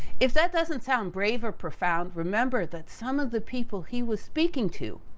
if that doesn't sound brave or profound, remember that some of the people he was speaking to,